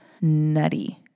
nutty